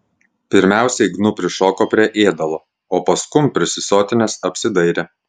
pirmiausiai gnu prišoko prie ėdalo o paskum prisisotinęs apsidairė